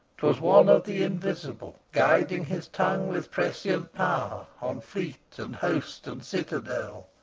twas one of the invisible, guiding his tongue with prescient power. on fleet, and host, and citadel,